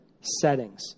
settings